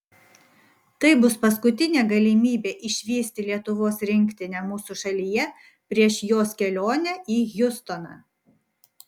tai bus paskutinė galimybė išvysti lietuvos rinktinę mūsų šalyje prieš jos kelionę į hjustoną